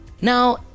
Now